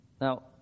Now